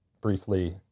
briefly